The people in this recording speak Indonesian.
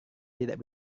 tidak